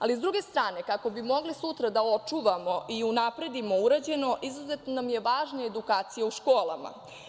Ali, s druge strane, kako bi mogli sutra da očuvamo i unapredimo urađeno, izuzetno nam je važna edukacija u školama.